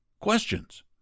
questions